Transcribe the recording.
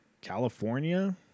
California